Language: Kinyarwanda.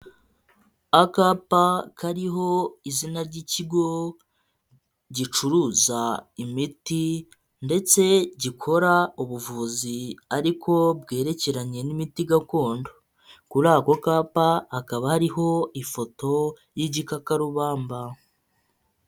Akapa kariho izina ry'ikigo gicuruza imiti ndetse gikora ubuvuzi ariko bwerekeranye n'imiti gakondo. Kuri ako kapa hakaba hariho ifoto y'igikakarubamba.